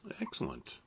Excellent